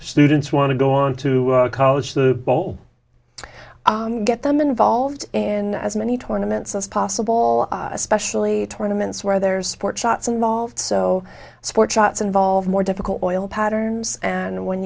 students want to go on to college the bowl get them involved in as many tournament's as possible especially tournaments where there's sports shots involved so sport shots involve more difficult oil patterns and when